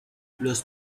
los